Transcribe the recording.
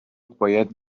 باید